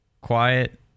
quiet